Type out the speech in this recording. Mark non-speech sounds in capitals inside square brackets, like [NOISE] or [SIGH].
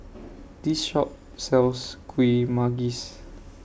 [NOISE] This Shop sells Kuih Manggis